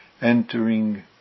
entering